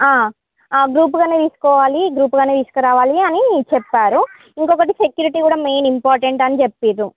గ్రూప్గానే తీసుకోవాలి గ్రూప్గానే తీసుకు రావాలి అని చెప్పారు ఇంకొకటి సెక్యూరిటీ కూడా మెయిన్ ఇంపార్టెంట్ అని చెప్పారు